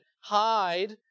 hide